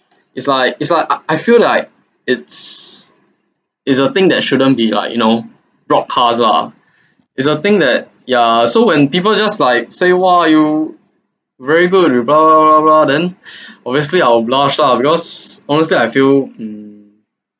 it's like it's like I I feel like it's it's a thing that shouldn't be like you know broadcasts lah is a thing that ya so when people just like say !wah! you very good you blah blah blah blah then obviously I will blushed lah because honestly I feel mm